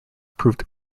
proved